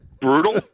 Brutal